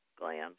gland